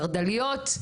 חרדליות,